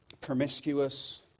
promiscuous